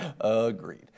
agreed